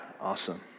Awesome